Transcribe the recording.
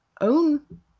own